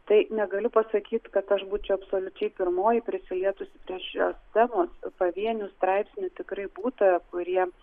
tai negaliu pasakyt kad aš būčiau absoliučiai pirmoji prisilietusi prie šios temos pavienių straipsnių tikrai būta kurie